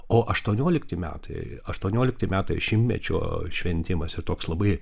o aštuoniolikti metai aštuoniolikti metai šimtmečio šventimas ir toks labai